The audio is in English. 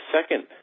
second